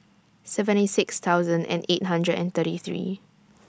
seventy six thousand eight hundred and thirty three